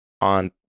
on